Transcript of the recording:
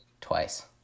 twice